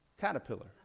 Caterpillar